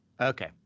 okay